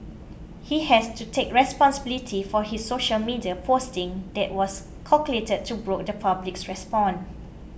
he has to take responsibility for his social media posting that was calculated to provoke the public's response